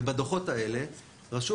ובדוחות האלה רשום